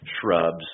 shrubs